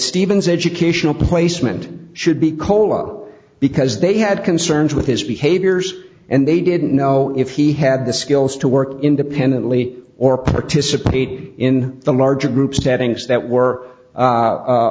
steven's educational placement should be kolo because they had concerns with his behaviors and they didn't know if he had the skills to work independently or participate in the larger group settings that were